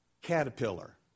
caterpillar